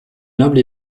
noble